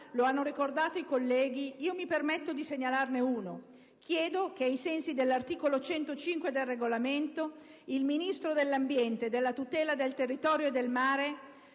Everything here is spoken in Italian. in quest'Aula. Io mi permetto di segnalarle uno. Chiedo che, ai sensi dell'articolo 105 del Regolamento, il Ministro dell'ambiente e della tutela del territorio e del mare